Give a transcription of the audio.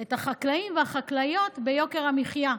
את החקלאים והחקלאיות ביוקר המחיה.